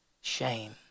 Shame